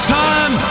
time